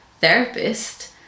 therapist